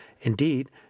Indeed